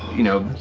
you know,